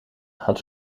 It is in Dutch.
had